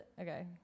okay